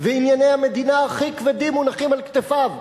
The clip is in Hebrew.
וענייני המדינה הכי כבדים מונחים על כתפיו.